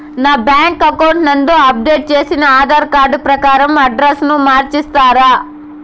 నా bank account నందు update చేసిన ఆధార్ కార్డు ప్రకారం అడ్రస్ ను మార్చిస్తారా?